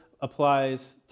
applies